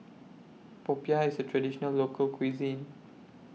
Popiah IS A Traditional Local Cuisine